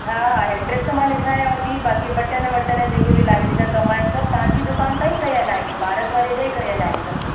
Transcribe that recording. हा हा एड्रेस त मां लिखरायाव थी बाक़ी बटण वटण जेके बि लाइट जा कम आहिनि सभु तव्हांजी दुकानु ताईं कयल आहिनि इयो भारत वारे जा ई कयल आहिनि सभु